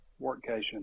Workcation